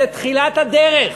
זו תחילת הדרך.